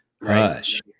Rush